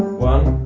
one,